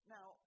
Now